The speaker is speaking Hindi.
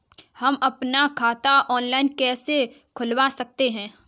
हम अपना खाता ऑनलाइन कैसे खुलवा सकते हैं?